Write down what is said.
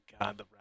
god